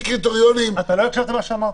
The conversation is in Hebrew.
קריטריונים --- אתה לא הקשבת למה שאמרת.